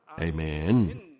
Amen